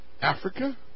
Africa